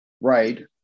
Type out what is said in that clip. right